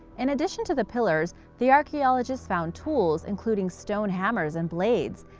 in addition to the pillars, the archaeologists found tools, including stone hammers and blades.